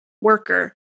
worker